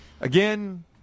Again